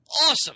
awesome